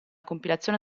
compilazione